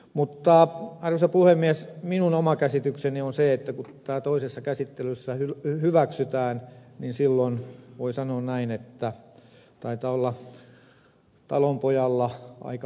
mutta arvoisa puhemies minun oma käsitykseni on se että kun tämä toisessa käsittelyssä hyväksytään niin silloin voi sanoa näin että taitaa olla talonpojalla aika huono päivä